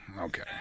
okay